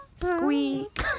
Squeak